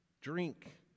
drink